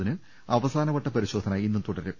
ന്നിന് അവസാനവട്ട പരിശോധന ഇന്നും തുടരും